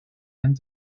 and